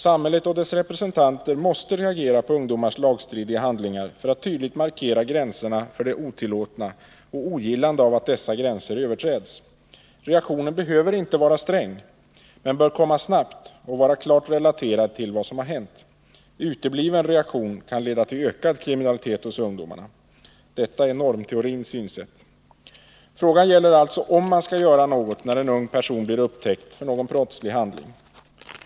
Samhället och dess representanter måste reagera på ungdomars lagstridiga handlingar för att tydligt markera gränserna för det otillåtna och ogillande av att dessa gränser överträds. Reaktionen behöver inte vara sträng, men den bör komma snabbt och vara klart relaterad till vad som har hänt. Utebliven reaktion kan leda till ökad kriminalitet hos ungdomarna. Detta är normteorins synsätt. Frågan gäller alltså om man skall göra något när en ung person blir upptäckt för någon brottslig handling.